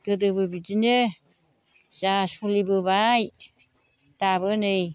गोदोबो बिदिनो जा सलिबोबाय दाबो नै